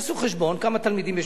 יעשו חשבון כמה תלמידים יש,